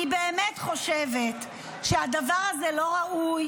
אני באמת חושבת שהדבר הזה לא ראוי,